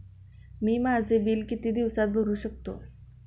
मी माझे बिल किती दिवसांत भरू शकतो?